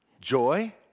joy